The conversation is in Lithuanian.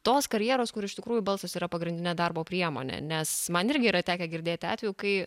tos karjeros kur iš tikrųjų balsas yra pagrindinė darbo priemonė nes man irgi yra tekę girdėti atvejų kai